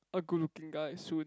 a good looking guy soon